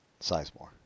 Sizemore